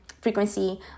frequency